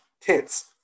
tense